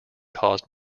caused